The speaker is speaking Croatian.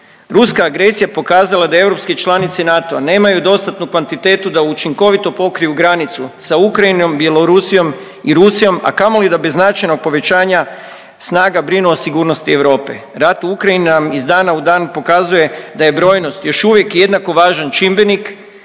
Ruska agresija je pokazala da europske članice NATO-a nemaju dostatnu kvantitetu da učinkovito pokriju granicu sa Ukrajinom, Bjelorusijom i Rusijom, a kamoli da bez značajnog povećanja snaga brinu o sigurnosti Europe. Rat u Ukrajini nam iz dana u dan pokazuje da je brojnost još uvijek jednako važan čimbenik